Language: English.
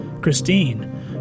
Christine